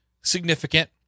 significant